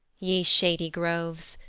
ye shady groves,